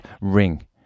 ring